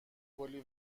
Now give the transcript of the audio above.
کلی